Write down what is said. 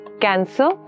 Cancer